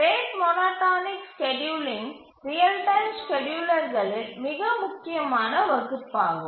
rate monotonic scheduling real time ஸ்கேட்யூலர்களின் மிக முக்கியமான வகுப்பாகும்